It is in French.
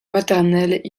maternelle